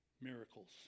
miracles